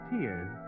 tears